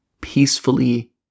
peacefully